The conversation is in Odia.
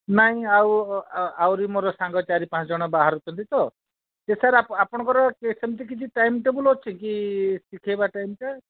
ନାଇଁ ଆଉ ଆହୁରି ମୋର ସାଙ୍ଗ ଚାରି ପାଞ୍ଚ ଜଣ ବାହାରୁଛନ୍ତି ତ ସାର୍ ଆପଣ ଆପଣଙ୍କର ସେମିତି କିଛି ଟାଇମ୍ ଟେବୁଲ୍ ଅଛିକି ଶିଖେଇବା ଟାଇମ୍ଟା